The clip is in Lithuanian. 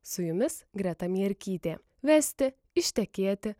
su jumis greta mierkytė vesti ištekėti